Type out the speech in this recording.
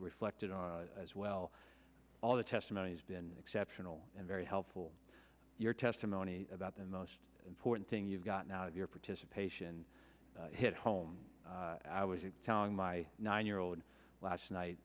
reflected on as well all the testimony has been exceptional and very helpful your testimony about the most important thing you've gotten out of your participation hit home i was telling my nine year old last night